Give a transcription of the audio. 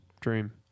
Dream